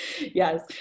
Yes